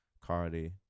cardi